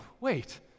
wait